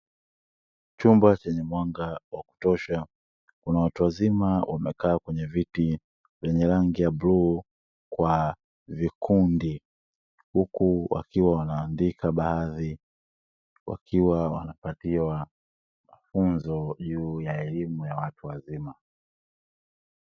Chumba chenye mwanga wa kutosha kuna watu wazima waliokaa kwenye viti vyenye rangi ya bluu kwa vikundi huku wakiwa wanaandika baadhi ya wakiwa wanapatiwa mafunzo juu ya elimu ya watu wazima.